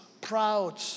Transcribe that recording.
proud